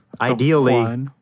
ideally